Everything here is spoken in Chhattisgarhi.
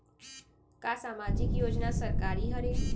का सामाजिक योजना सरकारी हरे?